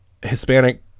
Hispanic